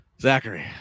Zachary